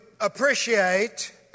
appreciate